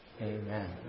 Amen